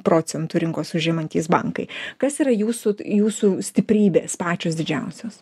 procentų rinkos užimantys bankai kas yra jūsų jūsų stiprybės pačios didžiausios